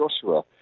Joshua